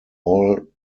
all